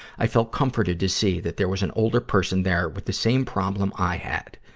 i felt comforted to see that there was an older person there with the same problem i had.